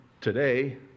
today